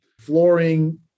flooring